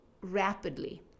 rapidly